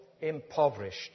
impoverished